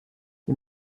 die